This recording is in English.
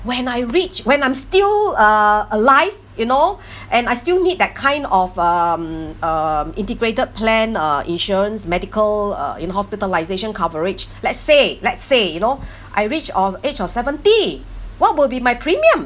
when I reached when I'm still uh alive you know and I still need that kind of um um integrated plan uh insurance medical uh in hospitalisation coverage let's say let's say you know I reach uh age of seventy what will be my premium